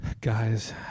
guys